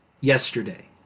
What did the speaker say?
yesterday